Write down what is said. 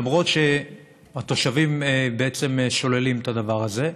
למרות שהתושבים בעצם שוללים את הדבר הזה.